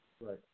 Right